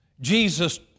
Jesus